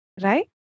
Right